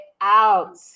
Out